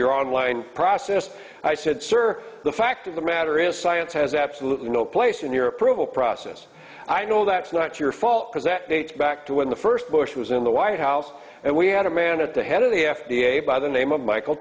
your online process i said sir the fact of the matter is science has absolutely no place in your approval process i know that's not your fault because that dates back to when the first bush was in the white house and we had a man at the head of the f d a by the name of michael